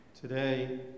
today